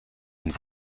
een